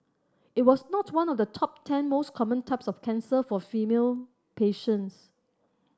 it was not one of the top ten most common types of cancer for female patients